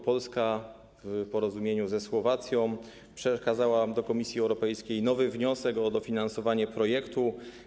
Polska w porozumieniu ze Słowacją przekazała do Komisji Europejskiej nowy wniosek o dofinansowanie projektu.